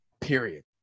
period